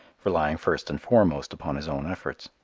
relying first and foremost upon his own efforts.